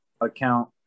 account